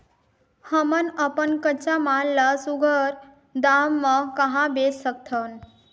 हमन अपन कच्चा माल ल सुघ्घर दाम म कहा बेच सकथन?